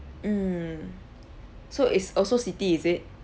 mm so it's also siti is it